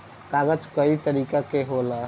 कागज कई तरीका के होला